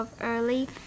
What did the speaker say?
early